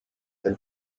del